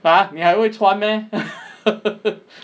!huh! 你还会穿 meh